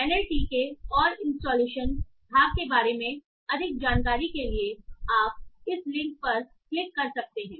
NLTK और installation भाग के बारे में अधिक जानकारी के लिए आप इस लिंक पर क्लिक कर सकते हैं